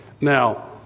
Now